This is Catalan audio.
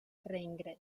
reingrés